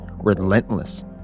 relentless